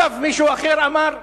אגב, מישהו אחר אמר: